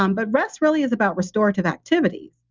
um but rest really is about restorative activity.